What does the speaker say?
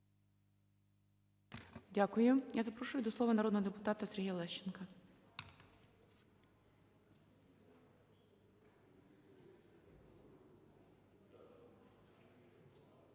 Дякую. Я запрошую до слова народного депутата Олега Ляшка.